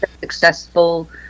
successful